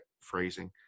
phrasing